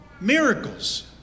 miracles